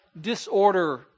disorder